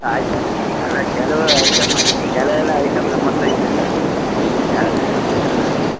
ಆಯ್ತು ಆಯಿತು ಎಲ್ಲ ಕೆಲವು ಐಟಮ್ ಕೆಲವು ಎಲ್ಲ ಐಟಮ್ ನಮ್ಮತ್ತಿರ ಇದೆ ಸರ್ ಯಾವ ಯಾವ್ದು ಕೆಲವು ಎಲ್ಲ ಇದೆ